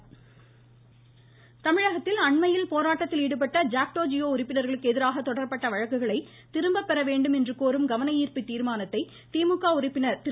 ஜாக்டோ ஜியோ அண்மையில் போராட்டத்தில் ஈடுபட்ட ஜாக்டோ ஜியோ தமிழகத்தில் உறுப்பினர்களுக்கு எதிராக தொடரப்பட்ட வழக்குகளை திரும்ப பெற வேண்டும் என்று கோரும் கவன ஈர்ப்பு தீர்மானத்தை திமுக உறுப்பினர் திரு